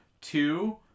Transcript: two